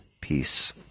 peace